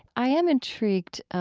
i am intrigued,